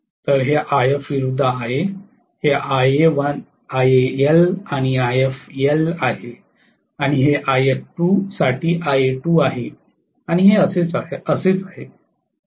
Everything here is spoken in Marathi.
तर हे If विरूद्ध Ia हे Ia1 साठी If1 आहे आणि हे If2 साठी Ia2 आहे आणि असेच आहे